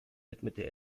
widmete